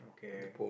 okay